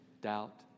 doubt